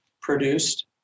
produced